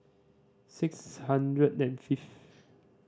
six hundred and fifth